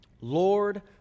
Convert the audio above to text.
Lord